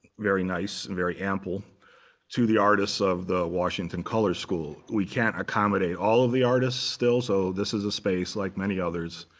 very nice and very ample to the artists of the washington color school. we can't accommodate all of the artists. so this is a space, like many others,